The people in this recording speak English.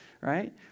Right